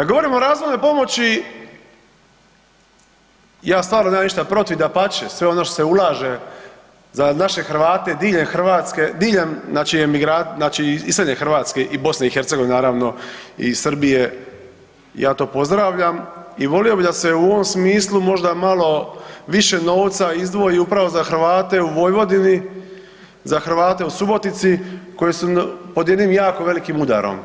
Kad govorimo o razvojnoj pomoći ja stvarno nemam ništa protiv, dapače sve ono što se ulaže za naše Hrvate diljem Hrvatske, diljem znači iseljene Hrvatske i Bosne i Hercegovine naravno i Srbije ja to pozdravljam i volio bih da se u ovom smislu možda malo više novca izdvoji upravo za Hrvate u Vojvodini, za Hrvate u Subotici koji su pod jednim jako velikim udarom,